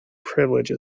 privilege